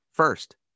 first